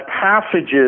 passages